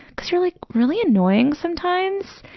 because you're like really annoying sometimes.